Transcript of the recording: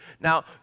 Now